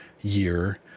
year